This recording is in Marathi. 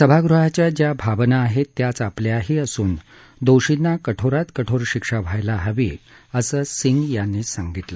सभागृहाच्या ज्या भावना आहेत त्याच आपल्याही असून दोषींना कठोरात कठोर शिक्षा व्हायला हवी असं सिंह म्हणाले